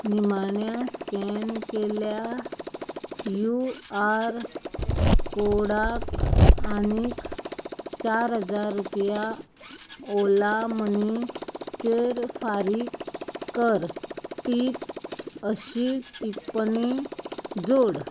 निमाण्या स्कॅन केल्ल्या युआर कोडाक आनीक चार हजार रुपया ओला मनीचेर फारीक कर टीप अशी टिप्पणी जोड